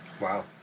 Wow